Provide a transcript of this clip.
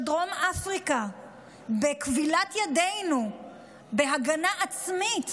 דרום אפריקה בכבילת ידינו בהגנה עצמית,